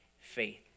faith